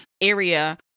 area